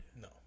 no